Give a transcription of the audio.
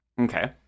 Okay